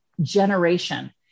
Generation